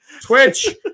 Twitch